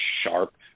sharp